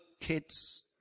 kids